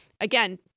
again